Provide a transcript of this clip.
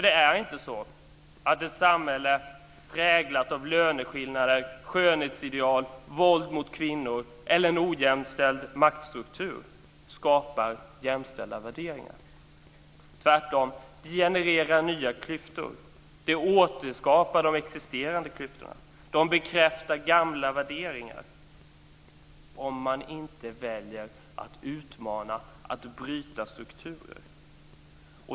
Det är inte så att ett samhälle präglat av löneskillnader, skönhetsideal, våld mot kvinnor eller en ojämställd maktstruktur skapar jämställda värderingar. Tvärtom genererar det nya klyftor. Det återskapar de existerande klyftorna. Det bekräftar gamla värderingar om man inte väljer att utmana och bryta strukturer.